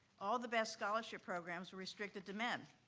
all the best scholarship programs were restricted to men.